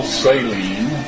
saline